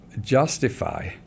justify